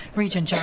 regent yeah